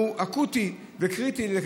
הוא אקוטי וקריטי.